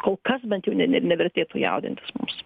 kol kas bent jau nevertėtų jaudintis mums